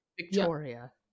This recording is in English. Victoria